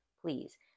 please